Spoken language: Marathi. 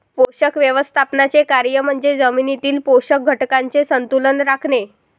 पोषक व्यवस्थापनाचे कार्य म्हणजे जमिनीतील पोषक घटकांचे संतुलन राखणे